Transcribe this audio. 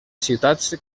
ciutats